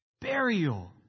Burial